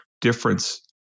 difference